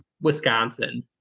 wisconsin